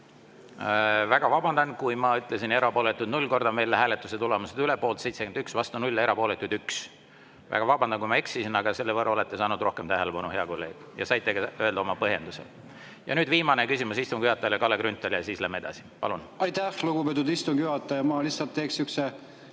Väga vabandan, kui ma ütlesin, et erapooletuid on 0. Kordan veel hääletuse tulemused üle: poolt 71, vastu 0 ja erapooletuid 1. Väga vabandan, kui ma eksisin, aga selle võrra olete saanud rohkem tähelepanu, hea kolleeg. Ja saite ka öelda oma põhjenduse. Ja nüüd viimane küsimus istungi juhatajale, Kalle Grünthal, ja siis läheme edasi. Palun! Aitäh, lugupeetud istungi juhataja! Mul on lihtsalt sihukene